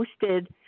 posted